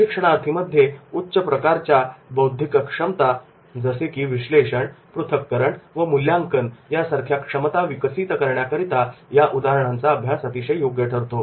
प्रशिक्षणार्थीमध्ये उच्च प्रकारच्या बौद्धिक क्षमता जसे की विश्लेषण पृथक्करण व मूल्यांकन यासारख्या क्षमता विकसित करण्याकरिता या उदाहरणांचा अभ्यास अतिशय योग्य ठरतो